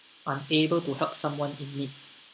unable to help someone in need